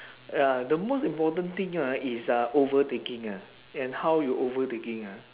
ya the most important thing ah is uh overtaking ah and how you overtaking ah